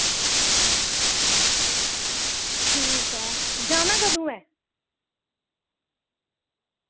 ठीक ऐ जाना कदूं ऐ